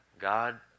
God